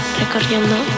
recorriendo